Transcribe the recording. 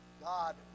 God